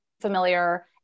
familiar